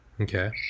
okay